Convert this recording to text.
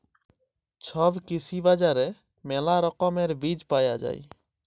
ছব কৃষি বাজারে মেলা রকমের বীজ পায়া যাই